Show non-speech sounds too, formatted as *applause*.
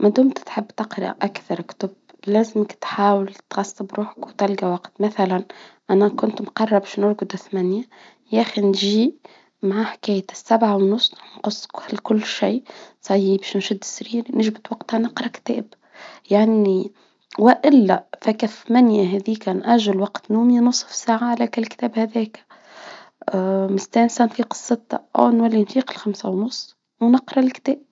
ما دمت تحب تقرأ أكثر كتب لازمك تحاول تغصب روحك وتلڨى وقت، مثلا أنا كنت مقررة باش نرڨد الثمانية، ياخي نجي مع حكاية السبعة ونص نقص على كل شيء، انتهى باش نشد سريري، نجبد وقتها نقرأ كتاب، يعني وإلا هاكة الثمانية هاذيكة نأجل وقت نومي نصف ساعة على الكتاب هاذاكا أو *hesitation* مستأنسة نفيق الستة و نولي نفيق الخمسة ونص ونقرأ الكتاب.